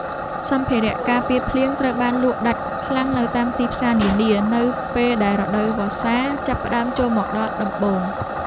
សម្ភារៈការពារភ្លៀងត្រូវបានលក់ដាច់ខ្លាំងនៅតាមទីផ្សារនានានៅពេលដែលរដូវវស្សាចាប់ផ្តើមចូលមកដល់ដំបូង។